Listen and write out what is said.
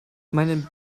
meinen